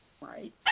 Right